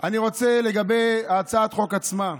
אני רוצה, הצעת החוק עצמה: